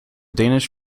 danish